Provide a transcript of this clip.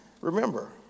Remember